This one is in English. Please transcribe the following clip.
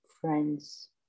friends